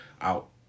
out